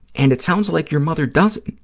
and it sounds like your mother doesn't.